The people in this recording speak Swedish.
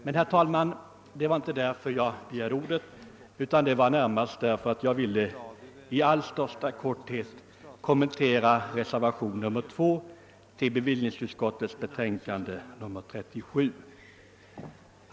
Men, herr talman, det var inte därför som jag begärde ordet, utan det var närmast därför att jag ville i allra största korthet kommentera reservationen 2 i bevillningsutskottets betänkande nr 37.